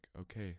okay